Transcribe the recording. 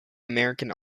american